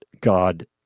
God